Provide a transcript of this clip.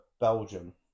Belgium